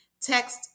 text